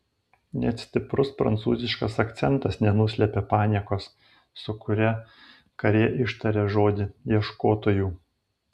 net stiprus prancūziškas akcentas nenuslėpė paniekos su kuria karė ištarė žodį ieškotojų